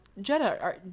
Jenna